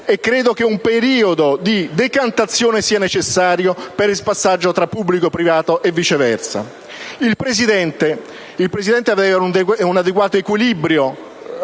Credo che un periodo di decantazione sia necessario per il passaggio tra pubblico e privato e viceversa. Il presidente deve avere un adeguato equilibrio